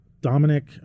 Dominic